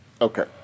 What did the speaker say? Okay